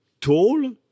tall